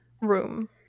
room